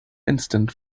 instant